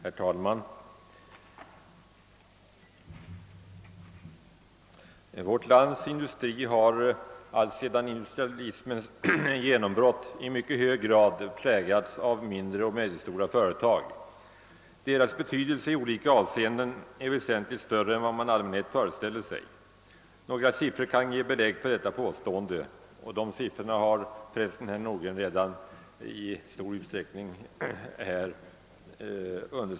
Herr talman! Vårt lands industri har alltsedan industrialismens genombrott i mycket hög grad präglats av mindre och medelstora företag. Deras betydelse i olika avseenden är väsentligt större än vad man i allmänhet föreställer sig. Några siffror kan ge belägg för detta påstående; herr Nordgren har för övrigt redan i stor utsträckning serverat det siffermaterial jag nu kommer att presentera.